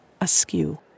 askew